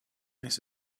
nice